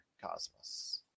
cosmos